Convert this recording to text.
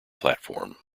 platform